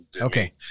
okay